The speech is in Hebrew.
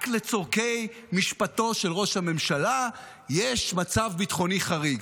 רק לצורכי משפטו של ראש הממשלה יש מצב ביטחוני חריג.